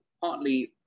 partly